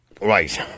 Right